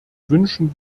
wünschen